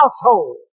household